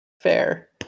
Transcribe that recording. Fair